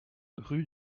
rue